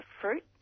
fruit